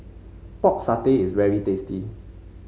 Pork Satay is very tasty